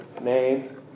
name